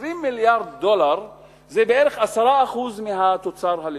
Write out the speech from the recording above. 20 מיליארד דולר זה בערך 10% מהתוצר הלאומי.